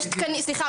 סליחה,